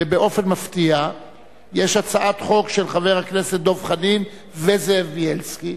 ובאופן מפתיע יש הצעת חוק של חברי הכנסת דב חנין וזאב בילסקי,